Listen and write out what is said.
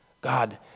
God